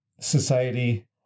society